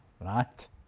right